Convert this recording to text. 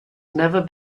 never